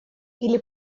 или